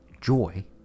Joy